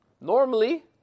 Normally